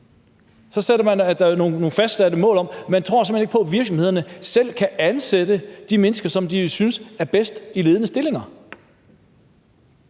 Så fastsætter man nogle mål, fordi man simpelt hen ikke tror på, at virksomhederne selv kan ansætte de mennesker, som de synes er bedst, i ledende stillinger.